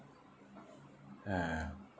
ya